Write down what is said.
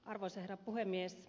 arvoisa herra puhemies